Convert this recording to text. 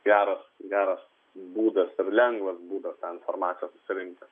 geras geras būdas lengvas būdas tą informaciją susirinkti